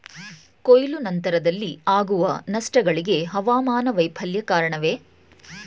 ಕೊಯ್ಲು ನಂತರದಲ್ಲಿ ಆಗುವ ನಷ್ಟಗಳಿಗೆ ಹವಾಮಾನ ವೈಫಲ್ಯ ಕಾರಣವೇ?